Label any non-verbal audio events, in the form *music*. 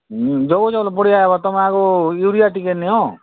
ଜଗୁଛଁ *unintelligible* ବଢ଼ିଆ ହେବ ତମେ ଆଗ ୟୁରିଆ ଟିକେ ନିଅ